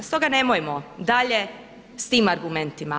Stoga nemojmo dalje s tim argumentima.